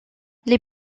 les